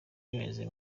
bimeze